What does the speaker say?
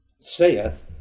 saith